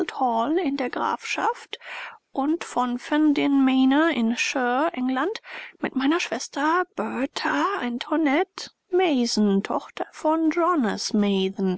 in der grafschaft und von ferndean manor in shire england mit meiner schwester bertha antoinette mason tochter von